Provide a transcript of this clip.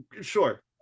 sure